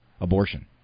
abortion